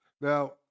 Now